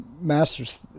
master's